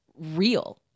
Real